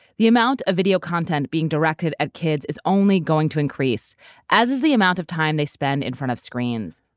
the amount of video content being directed at kids is only going to increase as is the amount of time they spend in front of screens.